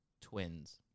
Twins